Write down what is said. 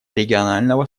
регионального